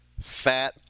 fat